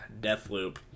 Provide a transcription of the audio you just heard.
Deathloop